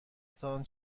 تان